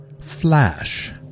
Flash